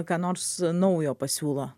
ką nors naujo pasiūlo